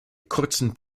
kurzen